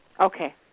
Okay